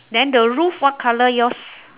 then the roof what colour yours